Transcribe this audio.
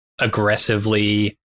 aggressively